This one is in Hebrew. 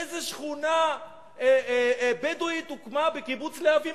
איזה שכונה בדואית הוקמה בקיבוץ להב בנגב,